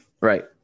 Right